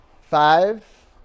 Five